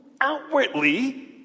outwardly